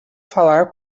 falar